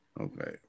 Okay